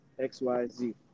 XYZ